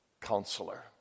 counselor